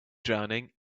drowning